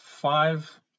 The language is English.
five